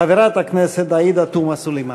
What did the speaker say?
חברת הכנסת עאידה תומא סלימאן.